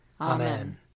Amen